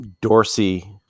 dorsey